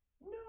No